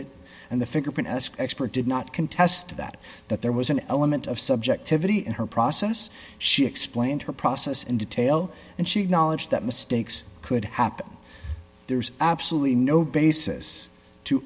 licit and the fingerprint expert did not contest that that there was an element of subjectivity in her process she explained her process in detail and she had knowledge that mistakes could happen there's absolutely no basis to